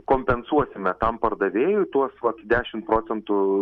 kompensuosime tam pardavėjui tuos vat dešimt procentų